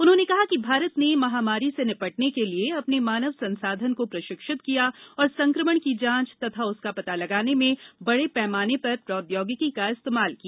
उन्होंने कहा कि भारत ने महामारी से निपटने के लिए अपने मानव संसाधन को प्रशिक्षित किया और संक्रमण की जांच और उसका पता लगाने में बड़े पैमाने पर प्रौद्योगिकी का इस्तेमाल किया